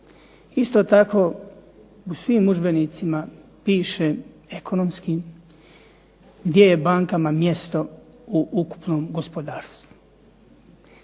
Isto tako u svim udžbenicima piše, ekonomskim, gdje je bankama mjesto u ukupnom gospodarstvu.